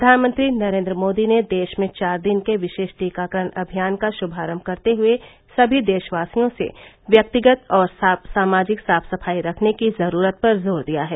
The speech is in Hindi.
फ्र्यानमंत्री नरेन्द्र मोदी ने देश में चार दिन के विशेष टीकाकरण अमियान का श्मारम करते हए सभी देशवासियों से व्यक्तिगत और सामाजिक साफ सफाई रखने की जरूरत पर जोर दिया है